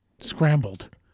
Scrambled